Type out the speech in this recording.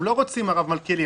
הרב מלכיאלי,